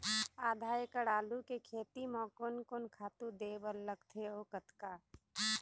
आधा एकड़ आलू के खेती म कोन कोन खातू दे बर लगथे अऊ कतका?